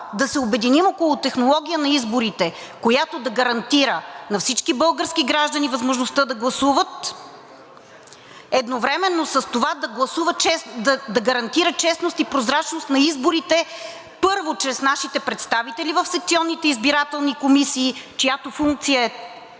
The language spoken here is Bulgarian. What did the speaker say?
да се обединим около технология на изборите, която да гарантира на всички български граждани възможността да гласуват и едновременно с това да гарантират честност и прозрачност на изборите – първо, чрез нашите представители в секционните избирателни комисии, чиято функция е